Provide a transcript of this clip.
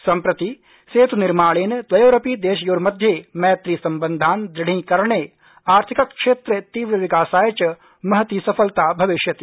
सम्प्रति सेतुनिर्माणेन द्वयोरपि देशयोर्मध्ये मैत्री सम्बन्धान् दृष्किकरणे आर्थिक क्षेत्रे तीव्रविकासाय च महती सफलता भविष्यति